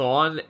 on